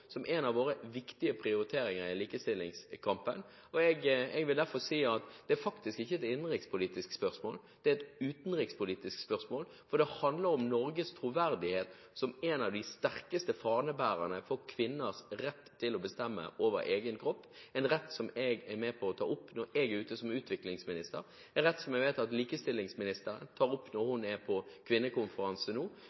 som en av våre viktige prioriteringer i likestillingskampen. Jeg vil derfor si at det er faktisk ikke et innenrikspolitisk spørsmål, det er et utenrikspolitisk spørsmål, for det handler om Norges troverdighet som en av de sterkeste fanebærerne for kvinners rett til å bestemme over egen kropp – en rett som jeg er med på å ta opp når jeg er ute som utviklingsminister, en rett som jeg vet at likestillingsministeren tar opp når